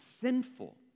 sinful